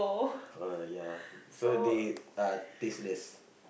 !huh! ya so they are tasteless